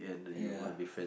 ya